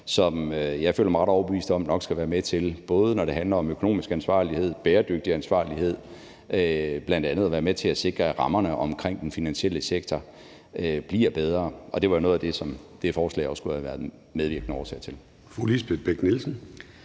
som jeg føler mig ret overbevist om nok skal være med til at sikre – både når det handler om økonomisk ansvarlighed og bæredygtig ansvarlighed – at rammerne omkring den finansielle sektor bliver bedre. Og det var noget af det, som det forslag kunne have været medvirkende årsag til.